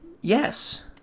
yes